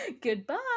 goodbye